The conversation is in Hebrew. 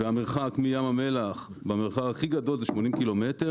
והמרחק מים המלח במרחב הכי גדול זה 80 ק"מ,